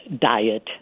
diet